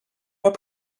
are